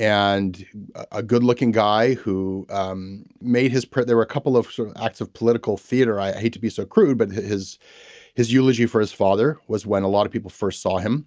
and a good looking guy who um made his part. there were a couple of sort of acts of political theater i hate to be so crude but his his eulogy for his father was when a lot of people first saw him.